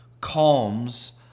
Calms